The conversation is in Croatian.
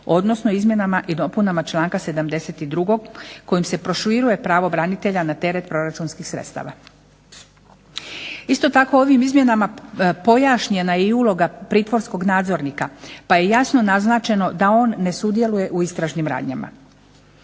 odnosno izmjenama i dopunama članka 72. kojim se proširuje pravo branitelja na teret proračunskih sredstava. Isto tako ovim izmjenama pojašnjena je i uloga pritvorskog nadzornika pa je jasno naznačeno da on ne sudjeluje u istražnim radnjama.